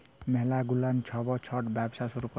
ম্যালা গুলান ছব ছট ব্যবসা শুরু ক্যরে